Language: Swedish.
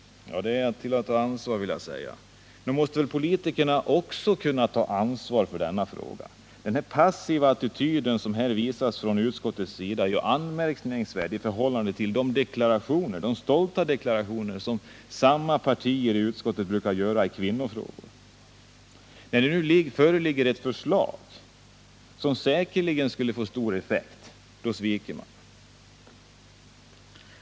Det är till att ta ansvar, vill jag säga. Nog måste väl politikerna också kunna ta ansvar för denna fråga. Den passiva attityd som här visas från utskottets sida är anmärkningsvärd i förhållande till de stolta deklarationer samma partier i utskottet brukar göra i kvinnofrågor. När det nu föreligger förslag, som säkerligen skulle få stor effekt, då sviker man.